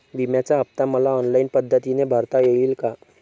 विम्याचा हफ्ता मला ऑनलाईन पद्धतीने भरता येईल का?